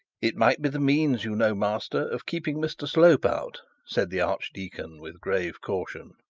it might be the means, you know, master, of keeping mr slope out said the archdeacon with grave caution.